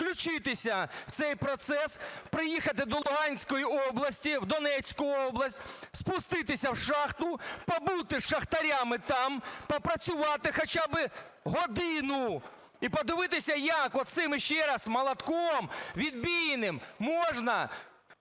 включитися в цей процес, приїхати до Луганської області, в Донецьку область, спуститися в шахту, побути з шахтарями там, попрацювати хоча би годину і подивитися, як оцим молотком відбійним можна